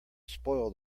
spoil